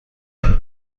مشاوره